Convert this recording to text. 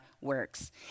works